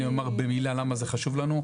אני אומר במילה למה זה חשוב לנו.